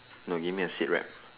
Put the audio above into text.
no give me a seat right